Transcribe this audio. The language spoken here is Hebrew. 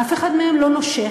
אף אחד מהם לא נושך.